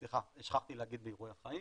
סליחה, שכחתי להגיד באירועי חיים,